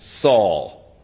Saul